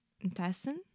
intestine